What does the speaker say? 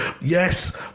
yes